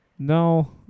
No